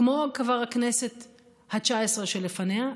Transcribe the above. כמו הכנסת התשע-עשרה שלפניה,